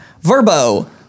Verbo